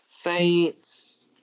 Saints